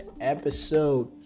episode